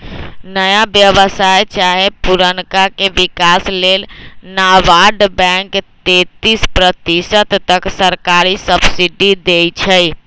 नया व्यवसाय चाहे पुरनका के विकास लेल नाबार्ड बैंक तेतिस प्रतिशत तक सरकारी सब्सिडी देइ छइ